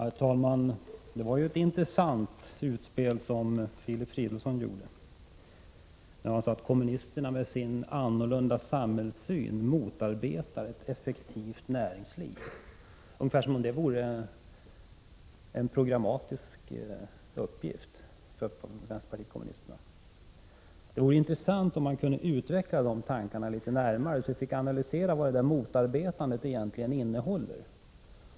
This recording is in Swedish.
Herr talman! Det var ju ett intressant utspel som Filip Fridolfsson gjorde, när han sade att kommunisterna med sin annorlunda samhällssyn motarbetar ett effektivt näringsliv — ungefär som om det vore en programmatisk uppgift för vänsterpartiet kommunisterna. Det vore intressant om han kunde utveckla de tankarna litet närmare, så att vi fick analysera vad det där motarbetandet egentligen innehåller.